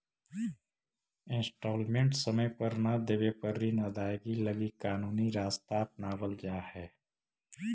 instalment समय पर न देवे पर ऋण अदायगी लगी कानूनी रास्ता अपनावल जा हई